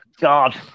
god